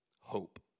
Hope